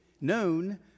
known